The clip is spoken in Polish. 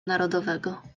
narodowego